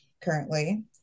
Currently